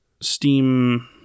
Steam